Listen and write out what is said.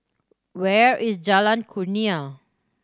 where is Jalan Kurnia